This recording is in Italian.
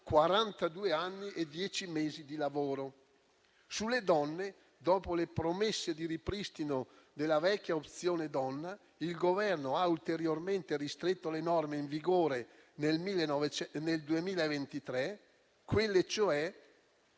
anni e dieci mesi di lavoro. Sulle donne, dopo le promesse di ripristino della vecchia Opzione donna, il Governo ha ulteriormente ristretto le norme in vigore nel 2023, quelle cioè